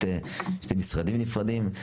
שני משרדים נפרדים,